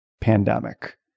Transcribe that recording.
pandemic